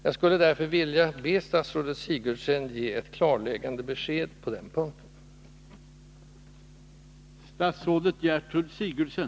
Jag skulle därför vilja be statsrådet Sigurdsen ge ett klarläggande besked på den här punkten.